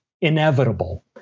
inevitable